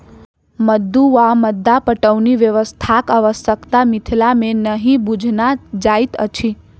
मद्दु वा मद्दा पटौनी व्यवस्थाक आवश्यता मिथिला मे नहि बुझना जाइत अछि